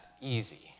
easy